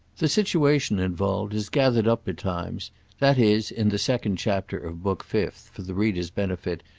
the situation involved is gathered up betimes, that is in the second chapter of book fifth, for the reader's benefit,